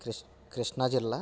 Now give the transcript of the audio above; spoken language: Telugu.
కృష్ కృష్ణా జిల్లా